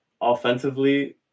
offensively